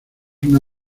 una